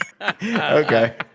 Okay